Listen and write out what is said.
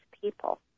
people